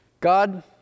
God